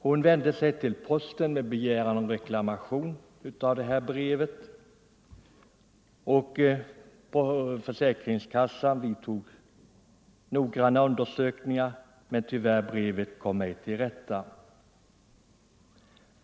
Hon vände sig till posten med begäran om reklamation av brevet och på försäkringskassan vidtogs noggranna undersökningar, men brevet kom tyvärr ej till rätta.